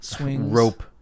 Rope